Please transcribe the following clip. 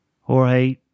Jorge